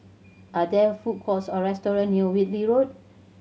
are there food courts or restaurant near Whitley Road